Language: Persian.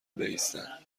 بایستند